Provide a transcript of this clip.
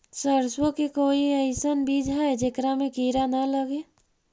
सरसों के कोई एइसन बिज है जेकरा में किड़ा न लगे?